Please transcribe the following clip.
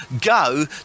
go